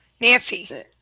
Nancy